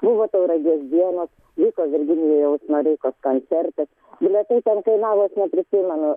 buvo tauragės dienos vyko virginijaus noreikos koncertas bilietai ten kainavo aš neprisimenu